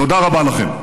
תודה רבה לכם.